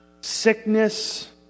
sickness